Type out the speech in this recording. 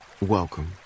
Welcome